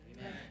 amen